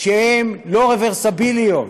שהן לא רוורסביליות,